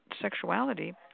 sexuality